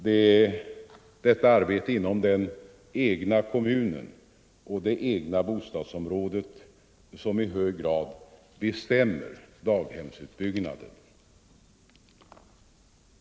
Det är arbetet inom den egna kommunen och det egna bostadsområdet som i hög grad bestämmer dagshemsutbyggnaden.